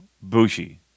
Bushi